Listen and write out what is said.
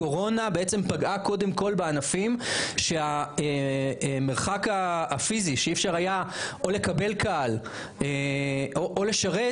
הקורונה בעצם פגעה קודם כל בענפים שלא אפשר היה לקבל קהל או לשרת,